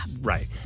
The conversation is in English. Right